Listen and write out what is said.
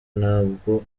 ntabwo